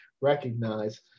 recognize